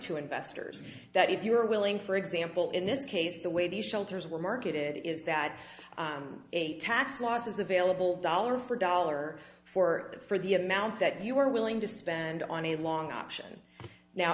to investors that if you are willing for example in this case the way these shelters were marketed is that a tax loss is available dollar for dollar for it for the amount that you were willing to spend on a long option now